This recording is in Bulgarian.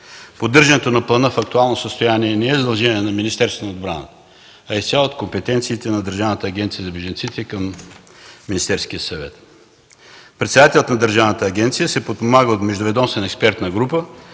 Поддържането на плана в актуално състояние не е задължение на Министерството на отбраната, а изцяло е от компетенцията на Държавната агенция за бежанците при Министерския съвет. Председателят на държавната агенция се подпомага от Междуведомствена експертна група,